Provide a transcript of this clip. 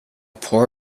poor